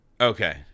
Okay